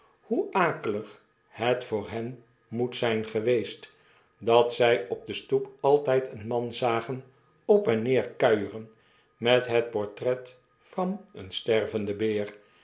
hoe akelig het voor hen moet zyn geweest dat zy op de stoep altyd een man zagen op en neer kuieren met het portretvan een stervenden beer